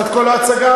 קורת גג,